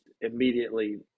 immediately